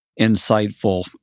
insightful